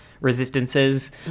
resistances